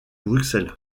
bruxelles